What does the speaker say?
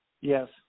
Yes